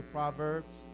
Proverbs